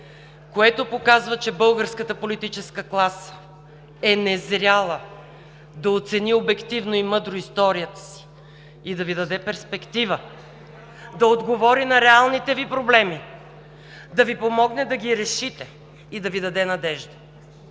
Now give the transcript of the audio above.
което показва, че българската политическа класа е незряла да оцени обективно и мъдро историята си и да Ви даде перспектива, да отговори на реалните Ви проблеми, да Ви помогне да ги решите и да Ви даде надежда.